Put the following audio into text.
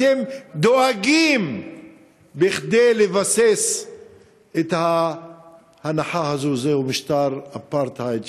אתם דואגים לבסס את ההנחה הזאת שזה משטר אפרטהייד,